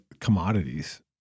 commodities